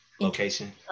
location